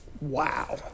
Wow